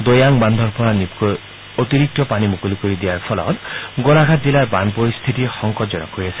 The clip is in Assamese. দৈয়াং বাধৰ পৰা নীপকই অত্যাধিক পানী মুকলি কৰি দিয়াৰ ফলত গোলাঘাট জিলাৰ বান পৰিস্থিতি সংকটজনক হৈ আছে